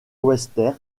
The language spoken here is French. webster